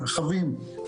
רכבים,